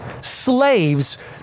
slaves